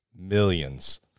millions